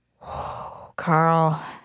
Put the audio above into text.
Carl